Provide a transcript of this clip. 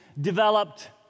developed